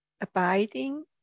abiding